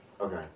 okay